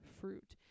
fruit